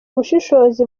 ubushobozi